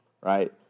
right